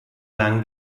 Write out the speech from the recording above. lang